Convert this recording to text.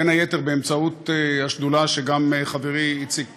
בין היתר באמצעות השדולה שגם חברי איציק